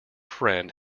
friend